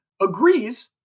agrees